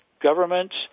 governments